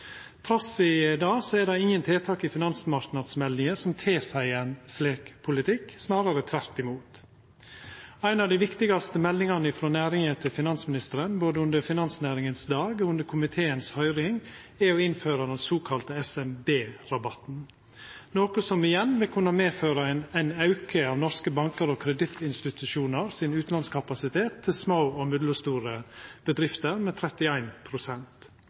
Trass i det er det ingen tiltak i Finansmarknadsmeldinga 2015 som tilseier ein slik politikk, snarare tvert imot. Ei av dei viktigaste meldingane frå næringa til finansministeren, både under Finansnæringens dag og under høyringa til komiteen, er ynsket om å innføra den såkalla SMB-rabatten, noko som igjen vil kunna medføra ein auke av utanlandskapasiteten til norske bankar og kredittinstitusjonar til små og mellomstore bedrifter